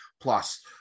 plus